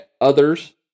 others